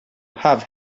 have